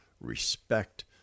respect